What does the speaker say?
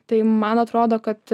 tai man atrodo kad